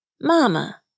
Mama